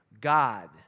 God